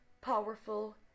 powerful